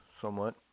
somewhat